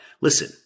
listen